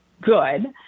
good